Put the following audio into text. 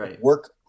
Work